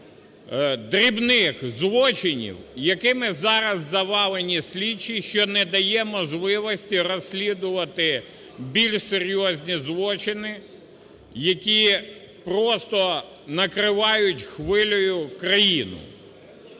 дрібних злочинів, якими зараз завалені слідчі, що не дає можливості розслідувати більш серйозні злочини, які просто накривають хвилею країну.